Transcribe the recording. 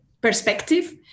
perspective